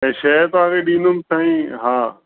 ऐं शइ तव्हांखे ॾींदुमि साईं हा